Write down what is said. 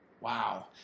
wow